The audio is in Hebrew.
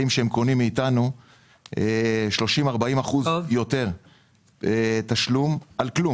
שהם קונים מאיתנו 30%,40% יותר על כלום.